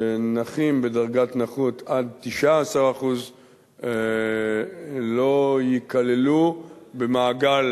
שנכים בדרגת נכות עד 19% לא ייכללו במעגל